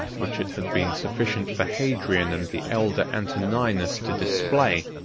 which it had been sufficient for hadrian and the elder antoninus to display,